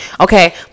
Okay